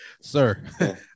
sir